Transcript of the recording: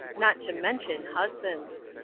not to mention husbands.